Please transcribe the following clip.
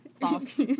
False